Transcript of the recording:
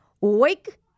Wake